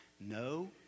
No